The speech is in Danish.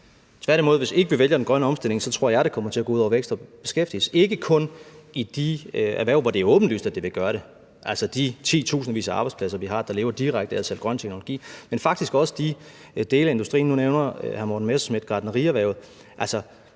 Tværtimod, hvis ikke vi vælger den grønne omstilling, tror jeg det kommer til at gå ud over vækst og beskæftigelse – ikke kun i de erhverv, hvor det er åbenlyst, at det vil gøre det, altså de 10.000 arbejdspladser, vi har, der lever direkte af at sælge grøn energi, man faktisk også dele af industrien. Nu nævner hr. Morten Messerschmidt gartnerierhvervet.